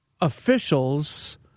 officials